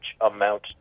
amount